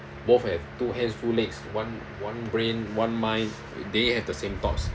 both have two hands two legs one one brain one mind they have the same thoughts